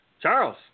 Charles